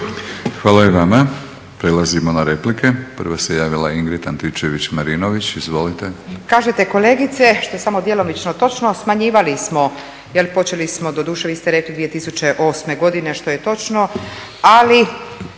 Hvala i vama. Prelazimo na replike. Prvo se javila Ingrid Antičević-Marinović. Izvolite. **Antičević Marinović, Ingrid (SDP)** Kažete, kolegice, što je samo djelomično točno, smanjivali smo, počeli smo, doduše vi ste rekli 2008. godine, što je točno,